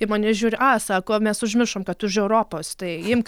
į mane žiūri a sako mes užmiršom kad tu už europos tai imk